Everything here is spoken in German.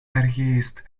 erhitzt